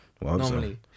Normally